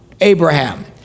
Abraham